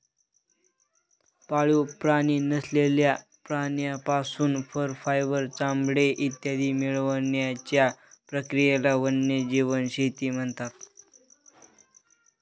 पाळीव प्राणी नसलेल्या प्राण्यांपासून फर, फायबर, चामडे इत्यादी मिळवण्याच्या प्रक्रियेला वन्यजीव शेती म्हणतात